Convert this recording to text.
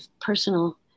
personal